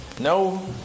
no